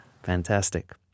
Fantastic